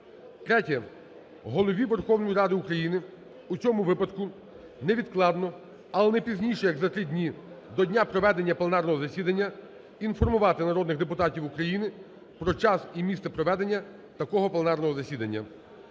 Третє. Голові Верховної Ради України у цьому випадку невідкладно, але не пізніше як за три дні до дня проведення пленарного засідання інформувати народних депутатів України про час і місце проведення такого пленарного засідання.